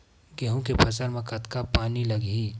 गेहूं के फसल म कतका पानी लगही?